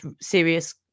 serious